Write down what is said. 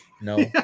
no